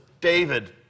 David